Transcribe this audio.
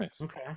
Okay